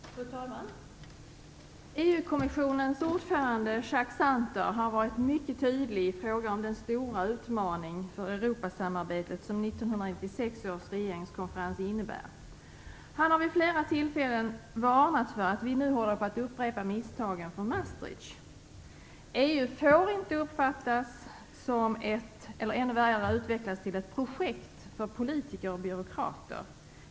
Fru talman! EU-kommissionens ordförande Jacques Santer har varit mycket tydlig i fråga om den stora utmaning för Europasamarbetet som 1996 års regeringskonferens innebär. Han har vid flera tillfällen varnat för att vi nu håller på att upprepa misstagen från Maastricht. EU får inte uppfattas som - eller ännu värre utvecklas till - ett projekt för politiker och byråkrater.